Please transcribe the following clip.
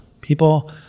People